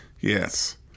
yes